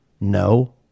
No